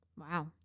Wow